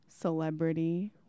celebrity –